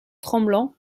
tremblant